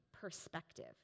perspective